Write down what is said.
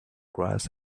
grass